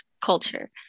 culture